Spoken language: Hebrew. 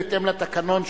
בהתאם לתקנון,